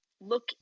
look